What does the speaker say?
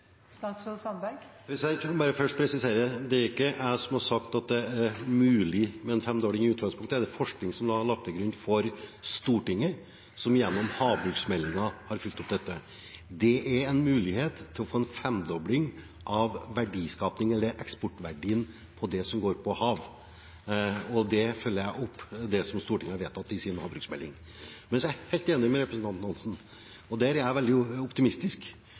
bare først presisere: Det er ikke jeg som har sagt at det er mulig med en femdobling i utgangspunktet, det er det forskning som har lagt til grunn for Stortinget, som gjennom havbruksmeldingen har fulgt opp dette. Det er en mulighet til å få en femdobling av verdiskapingen eller eksportverdien innen det som går på hav, og jeg følger opp det som Stortinget har vedtatt gjennom havbruksmeldingen. Men så er jeg helt enig med representanten Hansson, og der er jeg veldig optimistisk.